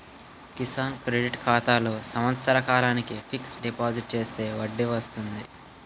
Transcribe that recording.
Kisan credit ఖాతాలో సంవత్సర కాలానికి ఫిక్స్ డిపాజిట్ చేస్తే వడ్డీ వస్తుంది